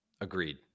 Agreed